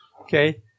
Okay